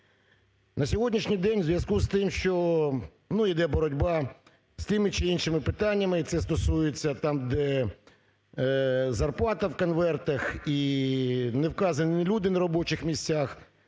На сьогоднішній день у зв'язку з тим, що… ну іде боротьба з тими чи іншими питаннями, і це стосується там, де зарплата в конвертах і не вказані люди на робочих місцях,